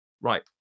right